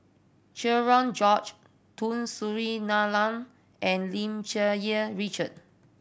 Cherian George Tun Sri Lanang and Lim Cherng Yih Richard